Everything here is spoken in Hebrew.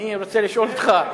אני רוצה לשאול אותך.